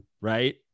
right